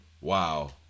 Wow